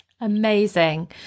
Amazing